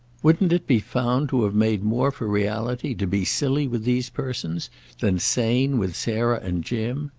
wouldn't it be found to have made more for reality to be silly with these persons than sane with sarah and jim?